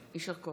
נפסקה בשעה